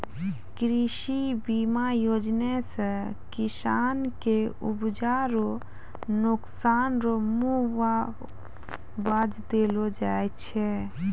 कृषि बीमा योजना से किसान के उपजा रो नुकसान रो मुआबजा देलो जाय छै